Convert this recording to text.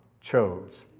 chose